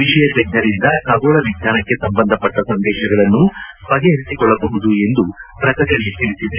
ವಿಷಯ ತಜ್ಞರಿಂದ ಖಗೋಳ ವಿಜ್ಞಾನಕ್ಕೆ ಸಂಬಂಧಪಟ್ಟ ಸಂದೇಶಗಳನ್ನು ಬಗೆಹರಿಸಿಕೊಳ್ಳಬಹುದು ಎಂದು ಪ್ರಕಟಣೆ ತಿಳಿಸಿದೆ